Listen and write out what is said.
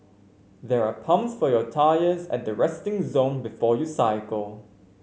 there are pumps for your tyres at the resting zone before you cycle